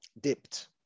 dipped